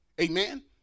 amen